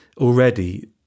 already